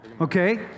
Okay